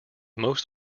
most